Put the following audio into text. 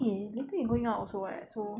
eh later you going out also [what] so